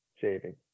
saving